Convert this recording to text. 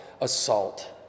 assault